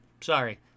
sorry